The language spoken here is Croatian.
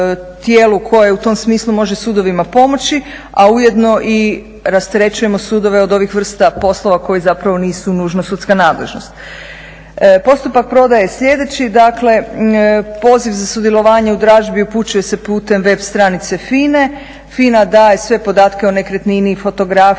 koje u tom smislu može sudovima pomoći, a ujedno i rasterećujemo sudove od ovih vrsta poslova koji zapravo nisu nužno sudska nadležnost. Postupak prodaje je sljedeći. Dakle, poziv za sudjelovanje u dražbi upućuje se putem web stranice FINA-e. FINA daje sve podatke o nekretnini, fotografije,